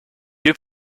deux